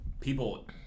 people